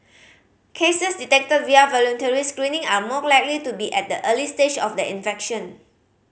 cases detected via voluntary screening are more likely to be at the early stage of their infection